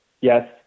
yes